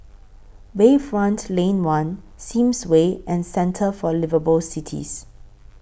Bayfront Lane one Sims Way and Centre For Liveable Cities